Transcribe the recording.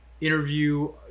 interview-